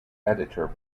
editor